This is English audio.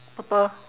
purple